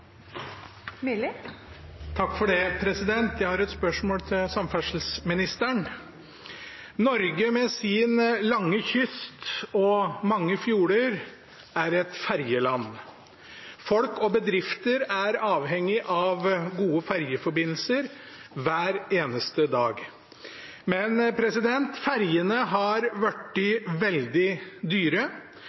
Jeg har et spørsmål til samferdselsministeren: Norge, med sin lange kyst og mange fjorder, er et ferjeland. Folk og bedrifter er avhengige av gode ferjeforbindelser hver eneste dag, men ferjene har blitt veldig dyre,